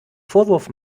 vorwurf